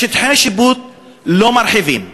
את שטחי השיפוט לא מרחיבים,